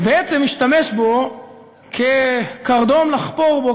ובעצם משתמש בו כקרדום לחפור בו,